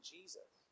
Jesus